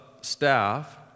staff